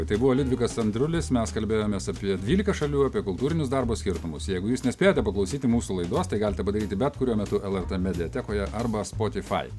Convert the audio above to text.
tai buvo liudvikas andriulis mes kalbėjomės apie dvylika šalių apie kultūrinius darbo skirtumus jeigu jūs nespėjote paklausyti mūsų laidos tai galite padaryti bet kuriuo metu lrt mediatekoje arba spotifai